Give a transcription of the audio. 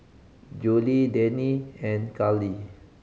Julie Danny and Carlie